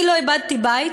"אני לא איבדתי בית,